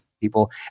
people